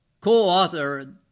co-author